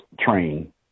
train